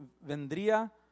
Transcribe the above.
vendría